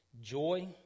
Joy